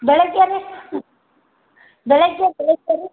ಬೆಳಗ್ಗೆ ರೀ ಬೆಳಗ್ಗೆ ಬೆಳಗ್ಗೆ ರೀ